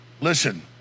listen